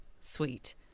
sweet